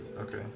okay